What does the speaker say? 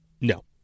no